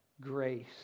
grace